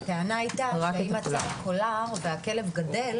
הטענה הייתה שאם את שמה קולר והכלב גדל